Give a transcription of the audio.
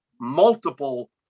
multiple